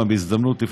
בהזדמנות זו,